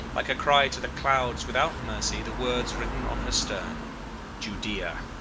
like a cry to the clouds without mercy, the words written on her stern judea,